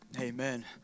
amen